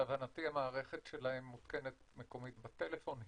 להבנתי, המערכת שלהם מותקנת מקומית בטלפון.